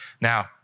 Now